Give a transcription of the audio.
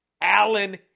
Allen